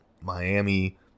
Miami